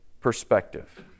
perspective